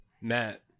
Matt